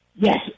Yes